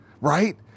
Right